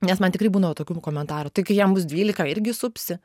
nes man tikrai būna tokių komentarų tai kai jam bus dvylika irgi supsi